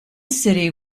city